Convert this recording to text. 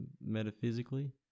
metaphysically